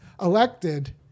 elected